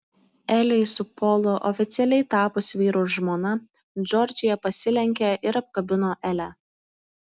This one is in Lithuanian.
elei su polu oficialiai tapus vyru ir žmona džordžija pasilenkė ir apkabino elę